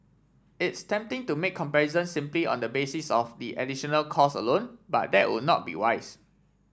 it's tempting to make comparisons simply on the basis of the additional cost alone but that would not be wise